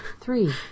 Three